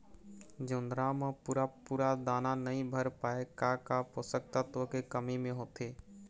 जोंधरा म पूरा पूरा दाना नई भर पाए का का पोषक तत्व के कमी मे होथे?